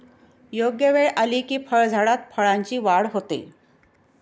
योग्य वेळ आली की फळझाडात फळांची वाढ होते